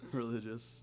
religious